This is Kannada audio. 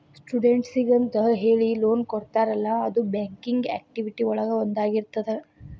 ಸ್ಟೂಡೆಂಟ್ಸಿಗೆಂತ ಹೇಳಿ ಲೋನ್ ಕೊಡ್ತಾರಲ್ಲ ಅದು ಬ್ಯಾಂಕಿಂಗ್ ಆಕ್ಟಿವಿಟಿ ಒಳಗ ಒಂದಾಗಿರ್ತದ